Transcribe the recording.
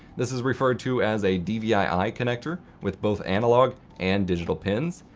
this is referred to as a dvi-i connector, with both analog and digital pins,